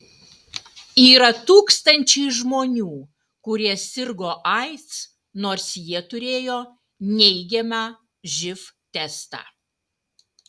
yra tūkstančiai žmonių kurie sirgo aids nors jie turėjo neigiamą živ testą